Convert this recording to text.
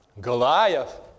Goliath